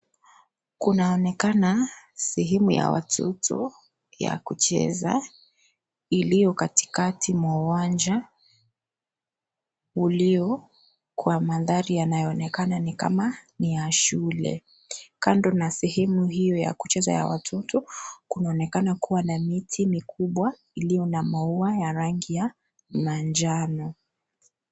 Kunaonekana sehemu ya watoto ya kucheza. Iliyo katikati kwa uwanja, ulio kwa maathari yanayoonekana ni kama, ni ya shule. Kando na sehemu hiyo ya kucheza ya watoto, kunaonekana kuwa na miti mikubwa iliyo na maua ya rangi ya manjano.